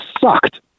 sucked